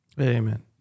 Amen